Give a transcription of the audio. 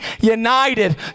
united